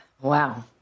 wow